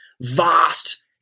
vast